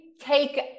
take